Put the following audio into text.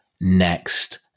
Next